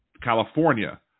california